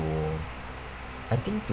I think to